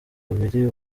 bubiri